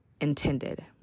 intended